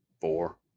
four